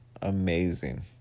Amazing